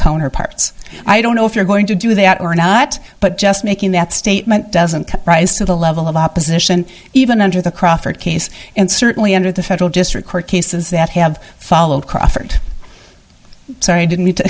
counterparts i don't know if you're going to do that or not but just making that statement doesn't rise to the level of opposition even under the crawford case and certainly under the federal district court cases that have followed crawford sorry didn't